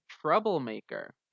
Troublemaker